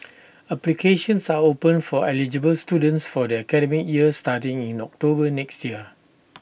applications are open for eligible students for their academic year starting in October next year